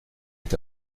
est